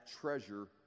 treasure